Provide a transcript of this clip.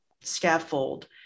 scaffold